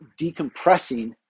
decompressing